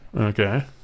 Okay